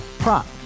Prop